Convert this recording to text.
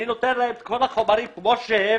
אני נותן להם את כל החומרים כמו שהם.